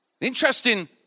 Interesting